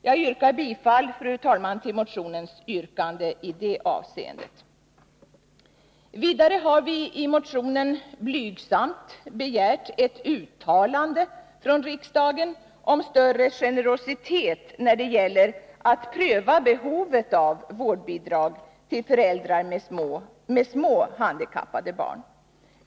Jag yrkar bifall till motionens yrkande i det avseendet. Vidare har vi i motionen blygsamt begärt ett uttalande från riksdagen om större generositet när det gäller att pröva behovet av vårdbidrag till föräldrar med små handikappade barn.